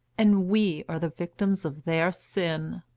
and we are the victims of their sin.